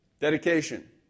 Dedication